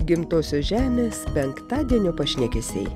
gimtosios žemės penktadienio pašnekesiai